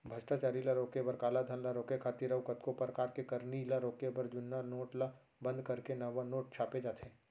भस्टाचारी ल रोके बर, कालाधन ल रोके खातिर अउ कतको परकार के करनी ल रोके बर जुन्ना नोट ल बंद करके नवा नोट छापे जाथे